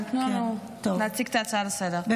אבל תנו לנו להציג את ההצעה לסדר-היום.